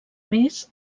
més